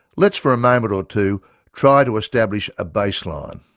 let's for a moment or two try to establish a baseline.